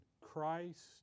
Christ